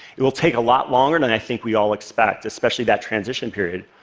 it will take a lot longer than i think we all expect, especially that transition period.